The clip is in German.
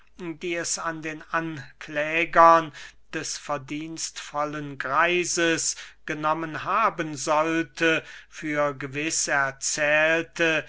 die es an den anklägern des verdienstvollen greises genommen haben sollte für gewiß erzählte